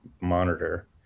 monitor